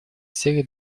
серой